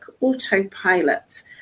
autopilot